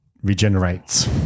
Regenerates